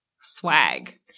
swag